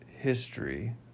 history